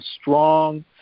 strong